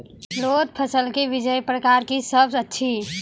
लोत फसलक बीजक प्रकार की सब अछि?